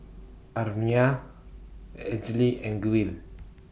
Amiah Elzy and Gwyn